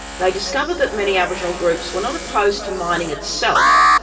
they discovered that many aboriginal groups were not opposed to mining itself,